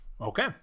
Okay